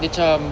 dia cam